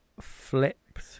flipped